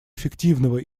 эффективного